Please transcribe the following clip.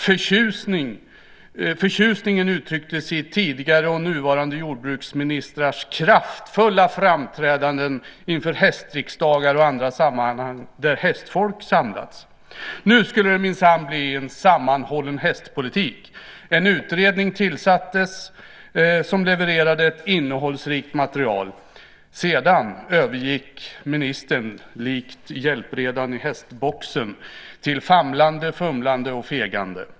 Förtjusningen uttrycktes i tidigare och nuvarande jordbruksministrars kraftfulla framträdanden inför hästriksdagar och andra sammanhang där hästfolk samlats. Nu skulle det minsann bli en sammanhållen hästpolitik! En utredning tillsattes som levererade ett innehållsrikt material. Sedan övergick ministern likt hjälpredan i hästboxen till famlande, fumlande och fegande.